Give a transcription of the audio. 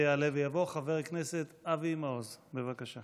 יעלה ויבוא חבר הכנסת אבי מעוז, בבקשה.